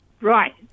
Right